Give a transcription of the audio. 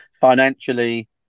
financially